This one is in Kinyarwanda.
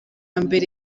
mbere